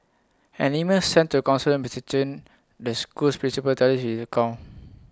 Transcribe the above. an email sent to counsellor Mister Chen the school's principal tallies with this account